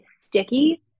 sticky